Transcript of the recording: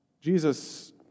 Jesus